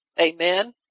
Amen